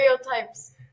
stereotypes